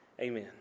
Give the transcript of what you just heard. Amen